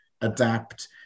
adapt